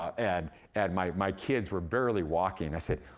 and and my my kids were barely walking. i said,